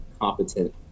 competent